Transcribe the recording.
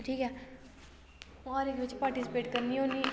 ठीक ऐ हर इक बिच्च पार्टीस्पेट करनी होन्नीं